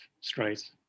straight